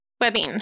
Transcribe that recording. webbing